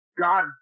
God